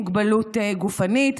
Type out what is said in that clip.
מוגבלות גופנית.